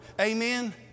Amen